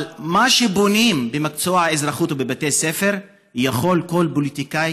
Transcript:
אבל מה שבונים במקצוע האזרחות ובבתי הספר יכול כל פוליטיקאי,